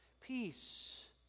Peace